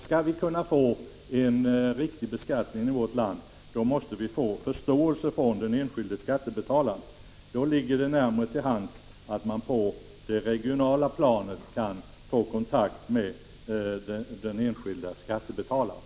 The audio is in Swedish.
Skall vi kunna åstadkomma en riktig beskattning i vårt land, måste vi skapa förståelse för skattesystemet hos den enskilde skattebetalaren. I det syftet är det bättre att man på det regionala planet kan ta kontakt med den enskilde skattebetalaren.